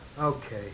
Okay